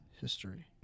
History